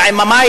מה עם המים?